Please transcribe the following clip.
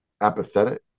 apathetic